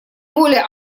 воле